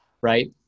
right